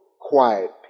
quiet